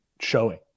showing